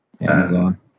Amazon